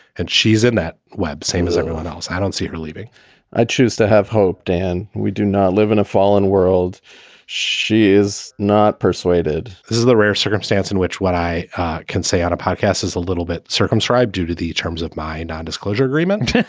and she's in that web, same as everyone else. i don't see her leaving i choose to have hoped. and we do not live in a fallen world she is not persuaded. this is the rare circumstance in which what i can say on a podcast is a little bit circumscribed due to the terms of my and nondisclosure agreement.